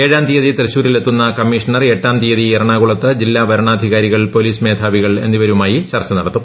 ഏഴാം തീയതി തൃശൂരിൽ എത്തുന്ന കമ്മീഷണർ എട്ടാം തീയതി എറണാകുളത്ത് ജില്ലാ വരണാധികാരികൾ പോലീസ് മേധാവികൾ എന്നിവരുമായി ചർച്ച നടത്തും